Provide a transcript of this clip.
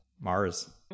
Mars